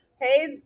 hey